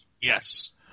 Yes